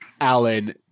Alan